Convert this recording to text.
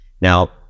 Now